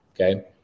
Okay